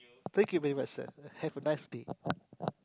thank you very much sir have a nice day